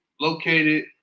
located